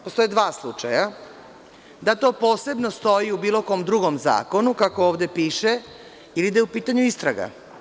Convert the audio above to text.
Postoje dva slučaja, da to posebno stoji u bilo kom drugom zakonu, kako ovde piše, ili da je u pitanju istraga.